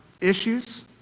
issues